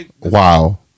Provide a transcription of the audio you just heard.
wow